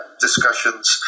discussions